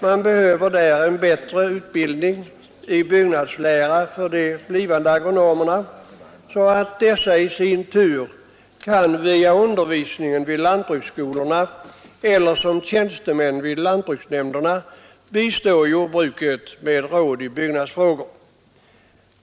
Man behöver där en bättre utbildning i byggnadslära för de blivande agronomerna, så att dessa i sin tur kan via undervisningen vid lantbruksskolorna eller som tjänstemän vid lantbruksnämnderna bistå jordbruket med råd i byggnadsfrågor.